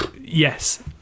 yes